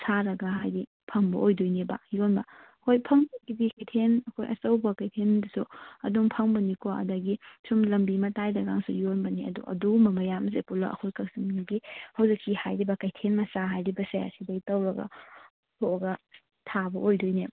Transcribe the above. ꯁꯥꯔꯒ ꯍꯥꯏꯗꯤ ꯐꯝꯕ ꯑꯣꯏꯗꯣꯏꯅꯦꯕ ꯌꯣꯟꯕ ꯍꯣꯏ ꯐꯝꯕꯒꯤꯗꯤ ꯀꯩꯊꯦꯜ ꯑꯩꯈꯣꯏ ꯑꯆꯧꯕ ꯀꯩꯊꯦꯜꯗꯁꯨ ꯑꯗꯨꯝ ꯐꯝꯒꯅꯤꯀꯣ ꯑꯗꯒꯤ ꯁꯨꯝ ꯂꯝꯕꯤ ꯃꯇꯥꯏꯗꯀꯥꯁꯨ ꯌꯣꯟꯕꯅꯤ ꯑꯗꯨ ꯑꯗꯨꯒꯨꯝꯕ ꯃꯌꯥꯝꯁꯤ ꯄꯨꯜꯂꯞ ꯑꯩꯈꯣꯏ ꯀꯛꯆꯤꯡꯒꯤ ꯍꯧꯖꯤꯛꯀꯤ ꯍꯥꯏꯔꯤꯕ ꯀꯩꯊꯦꯜ ꯃꯆꯥ ꯍꯥꯏꯔꯤꯕꯁꯦ ꯁꯤꯗꯩ ꯇꯧꯔꯒ ꯊꯥꯕ ꯑꯣꯏꯗꯣꯏꯅꯦ